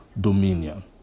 dominion